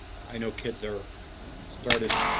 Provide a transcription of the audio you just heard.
i know kids are started.